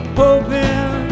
hoping